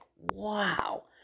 wow